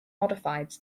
modified